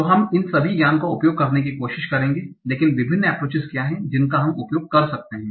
तो हम इस सभी ज्ञान का उपयोग करने की कोशिश करेंगे लेकिन विभिन्न एप्रोचेस क्या हैं जिनका हम उपयोग कर सकते हैं